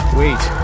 wait